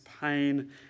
pain